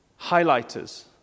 Highlighters